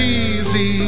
easy